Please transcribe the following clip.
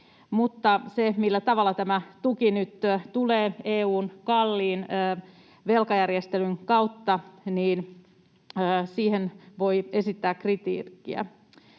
millä tavalla tämä tuki nyt tulee EU:n kalliin velkajärjestelyn kautta, voi esittää kritiikkiä.